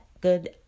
good